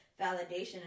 validation